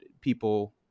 people